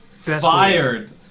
fired